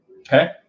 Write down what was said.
Okay